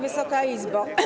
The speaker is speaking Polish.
Wysoka Izbo!